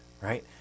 right